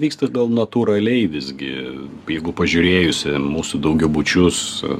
vyksta gal natūraliai visgi jeigu pažiūrėjus į mūsų daugiabučius